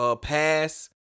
pass